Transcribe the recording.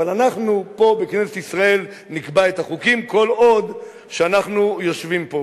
אבל אנחנו פה בכנסת ישראל נקבע את החוקים כל עוד אנחנו יושבים פה.